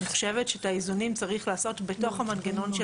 אני חושבת שאת האיזונים צריך לעשות בתוך המנגנון של